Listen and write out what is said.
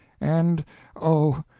and oh,